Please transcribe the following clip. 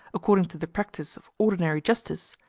according to the practice of ordinary justice,